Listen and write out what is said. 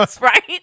right